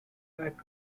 back